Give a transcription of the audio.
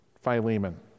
Philemon